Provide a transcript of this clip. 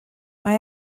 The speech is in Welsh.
mae